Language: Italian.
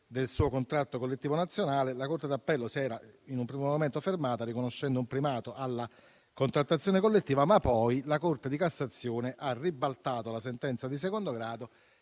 del suo contratto collettivo nazionale, la Corte d'appello si era in un primo momento fermata, riconoscendo un primato alla contrattazione collettiva. Poi però la Corte di cassazione ha ribaltato la sentenza di secondo grado